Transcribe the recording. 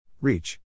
Reach